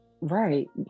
Right